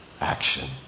action